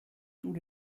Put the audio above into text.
tous